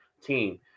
team